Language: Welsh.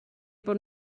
bod